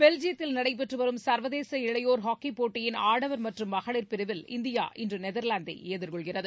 பெல்ஜியத்தில் நடைபெற்றவரும் சர்வதேசஇளையோர் ஹாக்கிபோட்டியின் ஆடவர் மற்றும் மகளிர் பிரிவில் இந்தியா இன்றுநெதர்லாந்தைஎதிர்கொள்கிறது